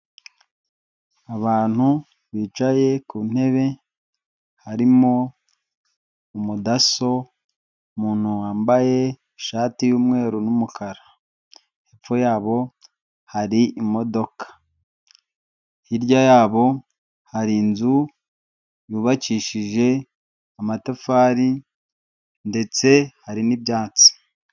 Abantu bicaye ku ntebe, harimo umudaso, umuntu wambaye ishati y'umweru n'umukara, hepfo yabo hari imodoka, hirya yabo hari inzu yubakishije amatafari ndetse hari n'ibyatsi.